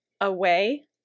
away